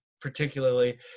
particularly